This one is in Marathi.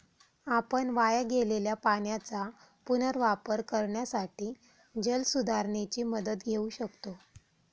आपण वाया गेलेल्या पाण्याचा पुनर्वापर करण्यासाठी जलसुधारणेची मदत घेऊ शकतो